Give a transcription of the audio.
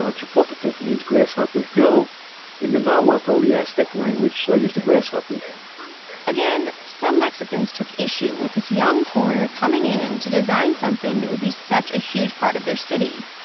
ah chapultepec means grasshopper hill in the nahuatliestic language, so i used a grasshopper again, some mexicans took issue with this young foreigner coming in to design something that would be such a huge part of their city,